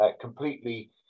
completely